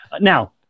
Now